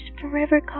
forever